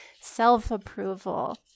self-approval